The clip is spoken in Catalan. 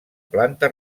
planta